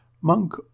Monk